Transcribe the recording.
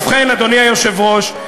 ובכן, אדוני היושב-ראש,